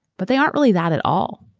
but they aren't really that at all.